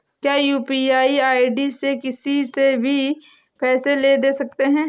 क्या UPI ID से किसी से भी पैसे ले दे सकते हैं?